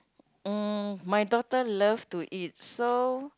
mm my daughter love to eat so